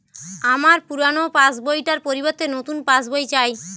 আমার পুরানো passbook টার পরিবর্তে নতুন পাশ বই চাই